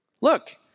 Look